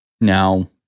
now